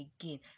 again